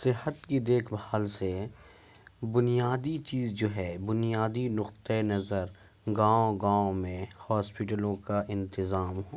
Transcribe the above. صحت کی دیکھ بھال سے بنیادی چیز جو ہے بنیادی نقطہ نظر گاؤں گاؤں میں ہاسپیٹلوں کا انتظام